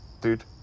dude